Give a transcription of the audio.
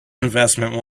investment